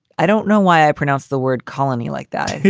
i don't know why i pronounce the word colony like that,